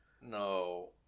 No